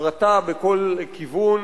הפרטה בכל כיוון.